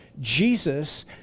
Jesus